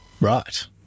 Right